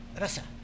rasa